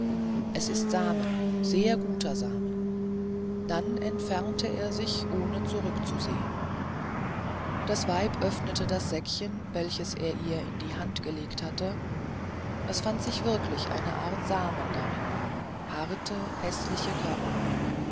es ist samen sehr guter samen dann entfernte er sich ohne zurückzusehen das weib öffnete das säckchen welches er ihr in die hand gelegt hatte es fand sich wirklich eine art samen darin harte häßliche körner